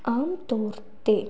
ਆਮ ਤੌਰ 'ਤੇ